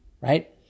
right